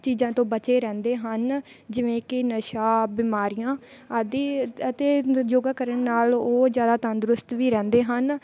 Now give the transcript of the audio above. ਚੀਜ਼ਾਂ ਤੋਂ ਬਚੇ ਰਹਿੰਦੇ ਹਨ ਜਿਵੇਂ ਕਿ ਨਸ਼ਾ ਬਿਮਾਰੀਆਂ ਆਦਿ ਅਤੇ ਯੋਗਾ ਕਰਨ ਨਾਲ ਉਹ ਜ਼ਿਆਦਾ ਤੰਦਰੁਸਤ ਵੀ ਰਹਿੰਦੇ ਹਨ